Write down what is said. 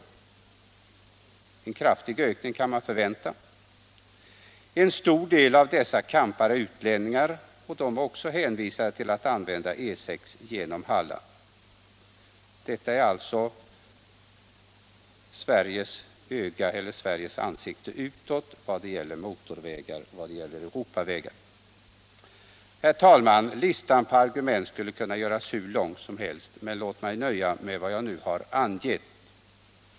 En kraftig ökning kan förväntas. En stor del av camparna är utlänningar, och de är också hänvisade till att använda E6 genom Halland. Detta är alltså Sveriges ansikte utåt i vad gäller motorvägar och Europavägar. Herr talman! Listan på argument skulle kunna göras hur lång som helst, men jag vill nöja mig med vad jag nu har angett.